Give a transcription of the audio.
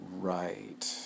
Right